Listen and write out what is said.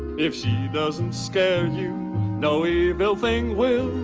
if she doesn't scare you no evil thing will.